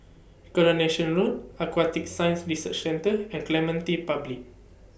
Coronation Road Aquatic Science Research Centre and Clementi Public